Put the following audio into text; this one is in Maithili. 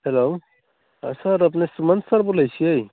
हेलो हाँ सर अपने सुमन्त सर बोलै छिए